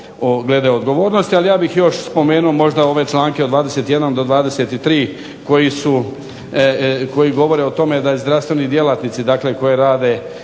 glede odgovornosti. Ali ja bih još spomenuo možda ove članke od 21. do 23. koji su, koji govore o tome da i zdravstveni djelatnici dakle koji rade